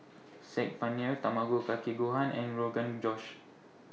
Saag Paneer Tamago Kake Gohan and Rogan Josh